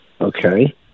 Okay